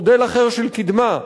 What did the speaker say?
מודל אחר של קידמה.